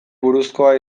buruzkoa